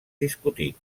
discutit